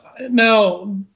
Now